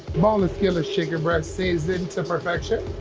boneless, skinless chicken breast, seasoned to perfection.